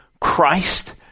christ